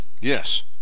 Yes